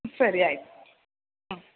ಸರಿ ಆಯ್ತು ಹ್ಞೂ